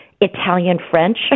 Italian-French